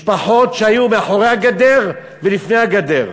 משפחות שהיו מאחורי הגדר ולפני הגדר,